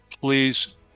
Please